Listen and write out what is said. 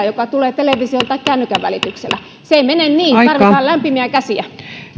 joka tulee television tai kännykän välityksellä se ei mene niin tarvitaan lämpimiä käsiä